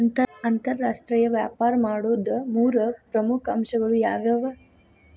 ಅಂತರಾಷ್ಟ್ರೇಯ ವ್ಯಾಪಾರ ಮಾಡೋದ್ ಮೂರ್ ಪ್ರಮುಖ ಅಂಶಗಳು ಯಾವ್ಯಾವು?